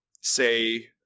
say